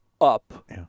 up